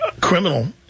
criminal